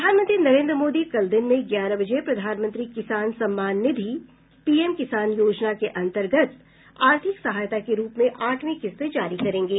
प्रधानमंत्री नरेन्द्र मोदी कल दिन में ग्यारह बजे प्रधानमंत्री किसान सम्मान निधि पीएम किसान योजना के अंतर्गत आर्थिक सहायता के रूप में आठवीं किस्त जारी करेंगे